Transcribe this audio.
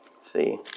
see